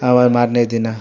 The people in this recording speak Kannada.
ಅವ ಮಾರನೇ ದಿನ